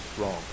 wrong